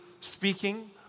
speaking